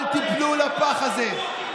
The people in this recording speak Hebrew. אל תיפלו בפח הזה.